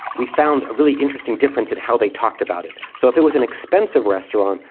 we found a really interesting difference in how they talked about it. so if it was an expensive restaurant,